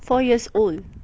four years old